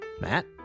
Matt